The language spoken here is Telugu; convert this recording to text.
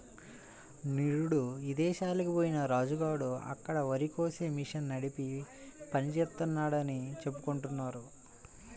నిరుడు ఇదేశాలకి బొయ్యిన రాజు గాడు అక్కడ వరికోసే మిషన్ని నడిపే పని జేత్తన్నాడని చెప్పుకుంటున్నారు